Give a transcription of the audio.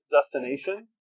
destination